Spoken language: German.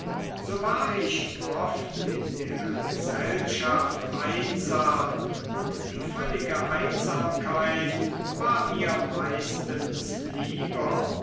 so war ich oft in der gesellschaft einsam und die völlige einsamkeit war mir meistens lieber